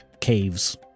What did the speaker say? caves